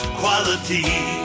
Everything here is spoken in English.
quality